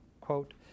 Quote